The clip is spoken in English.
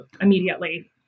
immediately